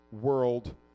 world